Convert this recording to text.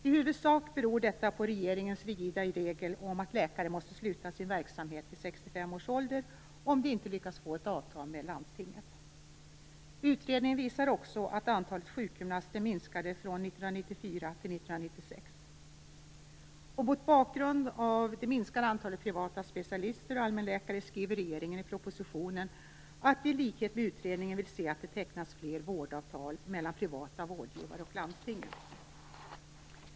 I huvudsak beror detta på regeringens rigida regel om att läkare måste sluta med sin verksamhet vid 65 års ålder, om de inte lyckas få ett avtal med landstinget. Utredningen visar också att antalet sjukgymnaster minskade från år 1994 till år 1996. Mot bakgrund av det minskade antalet privata specialister och allmänläkare skriver regeringen i propositionen att man i likhet med utredningen vill se att det tecknas fler vårdavtal mellan privata vårdgivare och landstingen.